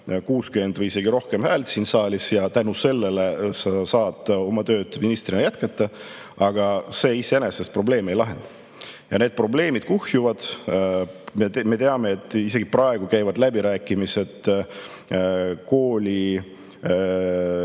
60 või isegi rohkem häält siin saalis ja tänu sellele sa saad oma tööd ministrina jätkata, aga see iseenesest probleemi ei lahenda. Need probleemid kuhjuvad. Me teame, et isegi praegu käivad läbirääkimised